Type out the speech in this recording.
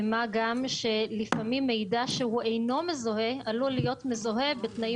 מה גם שלפעמים מידע שהוא אינו מזוהה עלול להיות מזוהה בתנאים